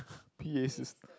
P_A sys~